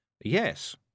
Yes